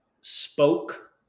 spoke